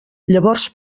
llavors